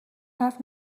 حرف